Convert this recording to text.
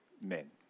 men